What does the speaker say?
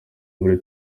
muri